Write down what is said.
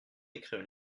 d’écrire